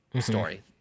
story